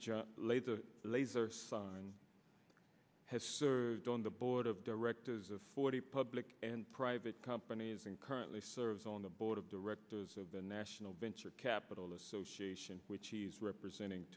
the laser sign has served on the board of directors of forty public and private companies and currently serves on the board of directors of the national venture capital association which he's representing